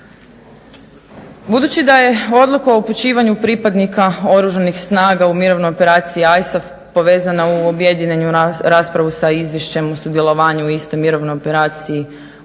Budući da je odluka o upućivanju pripadnika Oružanih snaga u mirovnoj operaciji ISAF povezana u objedinjenu raspravu sa izvješćem o sudjelovanju u istoj mirovnoj operaciji od